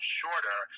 shorter